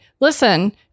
listen